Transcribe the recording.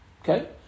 Okay